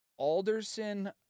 Alderson